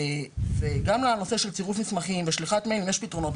גם בנושא של צירוף מסמכים ושליחת מיילים יש פתרונות,